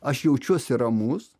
aš jaučiuosi ramus